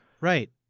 Right